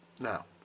now